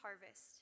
harvest